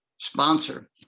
sponsor